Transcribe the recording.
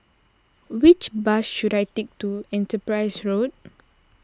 which bus should I take to Enterprise Road